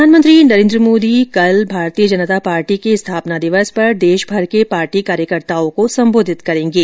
प्रधानमंत्री नरेन्द्र मोदी कल भारतीय जनता पार्टी के स्थापना दिवस पर देशभर के पार्टी कार्यकर्ताओं को संबोधित करेंगे